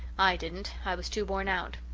i didn't i was too worn out.